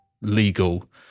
legal